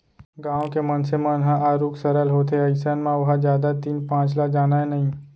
गाँव के मनसे मन ह आरुग सरल होथे अइसन म ओहा जादा तीन पाँच ल जानय नइ